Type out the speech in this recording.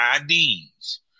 IDs